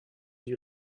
you